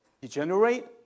degenerate